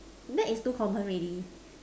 lad is too common already